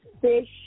fish